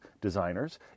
designers